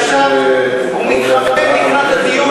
אחורה ונחשוב על מה דנו